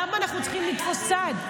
למה אנחנו צריכים לתפוס צד?